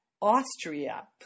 Austria